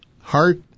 heart